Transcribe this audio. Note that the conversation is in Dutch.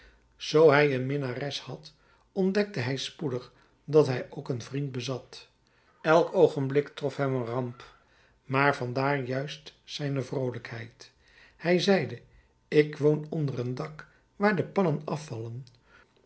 zoo hij een minnares had ontdekte hij spoedig dat hij ook een vriend bezat elk oogenblik trof hem een ramp maar van daar juist zijne vroolijkheid hij zeide ik woon onder een dak waar de pannen afvallen